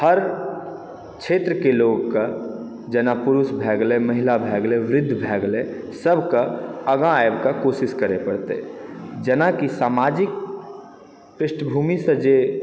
हर क्षेत्रके लोगके जेना पुरुष भए गेलै महिला भए गेलै वृद्ध भए गेलै सबके आगा आबिकऽ कोशिश करै पड़तै जेना कि सामाजिक पृष्ठभूमि सँ जे